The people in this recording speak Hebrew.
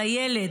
של הילד,